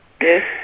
Yes